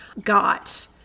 got